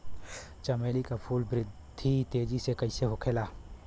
चमेली क फूल क वृद्धि तेजी से कईसे होखेला?